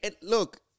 Look